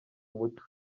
muco